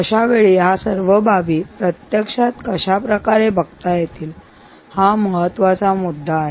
अशावेळी या सर्व बाबी प्रत्यक्षात कशाप्रकारे बघता येतील हा महत्वाचा मुद्दा आहे